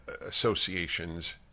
associations